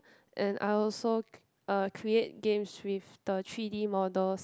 and I also uh create games with the three-d models